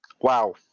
Wow